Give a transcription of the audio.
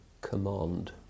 command